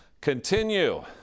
continue